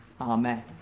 Amen